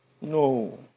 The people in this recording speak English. No